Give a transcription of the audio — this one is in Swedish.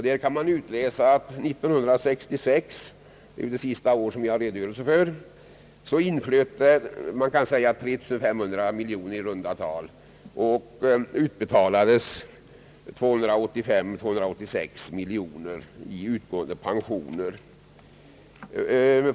Där kan man utläsa att 1966, det sista år som vi har redogörelse för, inflöt i runt tal 3 500 miljoner kronor och utbetalades mellan 285 och 286 miljoner kronor i utgående pensioner.